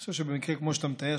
אני חושב שבמקרה כמו שאתה מתאר,